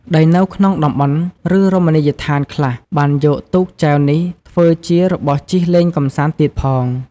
ដោយនៅក្នុងតំបន់ ឬរមណីយដ្ឋានខ្លះ បានយកទូកចែវនេះធ្វើជារបស់ជិះលេងកំសាន្ដទៀតផង។